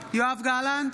יואב גלנט,